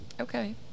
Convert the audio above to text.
Okay